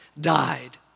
died